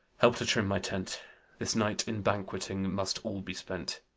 help to trim my tent this night in banqueting must all be spent.